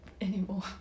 anymore